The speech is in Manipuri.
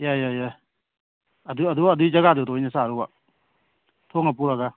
ꯌꯥꯏ ꯌꯥꯏ ꯌꯥꯏ ꯑꯗꯨꯒꯤ ꯑꯗꯨ ꯖꯒꯥꯗꯨ ꯑꯗꯨꯗ ꯑꯣꯏꯅ ꯆꯥꯔꯨꯕ ꯊꯣꯡꯉ ꯄꯨꯔꯒ